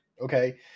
Okay